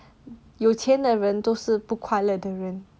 有钱的人都是不快乐的人